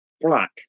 black